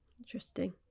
Interesting